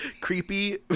creepy